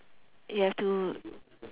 you have to